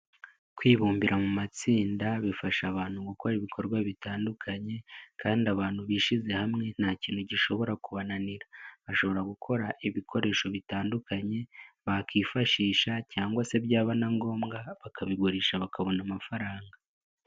Kwibumbira mu matsinda bifasha abantu gukora ibikorwa bitandukanye, kandi abantu bishyize hamwe nta kintu gishobora kubananira. Bashobora gukora ibikoresho bitandukanye bakifashisha cyangwa se byaba na ngombwa bakabigurisha bakabona amafaranga.